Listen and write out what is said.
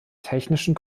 technischen